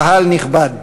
קהל נכבד.